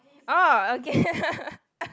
oh okay